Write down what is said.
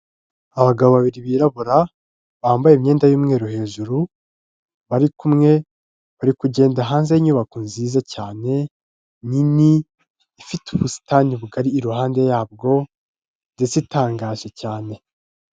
Abagabo babiri birabura bambaye imyenda y'umweru hejuru, bari kumwe, bari kugenda hanze y'inyubako nziza cyane, nini, ifite ubusitani bugari iruhande yabwo ndetse itangaje cyane.